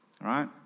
Right